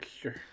Sure